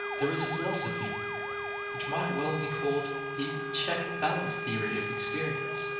there is a philosophy which might well be called the check and balance theory of experience.